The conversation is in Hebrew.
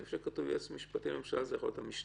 איפה שכתוב היועץ המשפטי לממשלה זה יכול להיות המשנים,